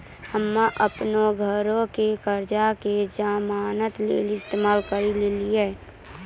हम्मे अपनो घरो के कर्जा के जमानत लेली इस्तेमाल करि लेलियै